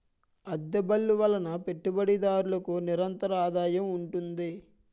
అద్దె బళ్ళు వలన పెట్టుబడిదారులకు నిరంతరాదాయం ఉంటుంది